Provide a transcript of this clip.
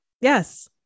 yes